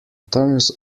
turns